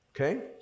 okay